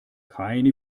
keine